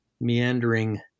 meandering